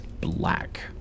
black